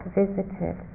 visited